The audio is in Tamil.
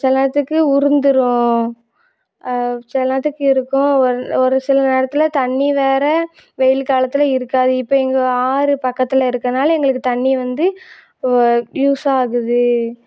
சில நேரத்துக்கு உதிர்ந்துரும் சில நேரத்துக்கு இருக்கும் ஒரு ஒரு சில நேரத்தில் தண்ணி வேறு வெயில் காலத்தில் இருக்காது இப்போ இங்கே ஆறு பக்கத்தில் இருக்கிறதுனால எங்களுக்கு தண்ணி வந்து ஒ யூஸ்ஸாகுது